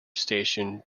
station